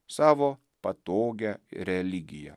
savo patogią religiją